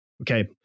Okay